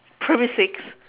primary six